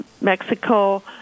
Mexico